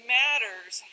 matters